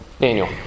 Daniel